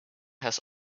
has